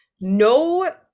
no